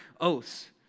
Oaths